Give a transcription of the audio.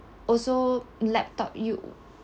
also laptop you